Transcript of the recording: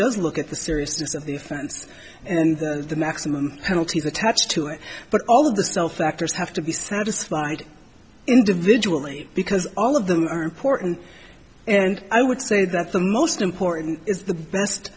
does look at the seriousness of the offense and the maximum penalties attached to it but all of the cell factors have to be satisfied individually because all of them are important and i would say that the most important is the best